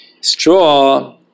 straw